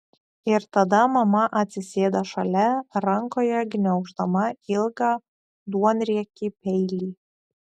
ir tada mama atsisėda šalia rankoje gniauždama ilgą duonriekį peilį